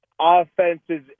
offenses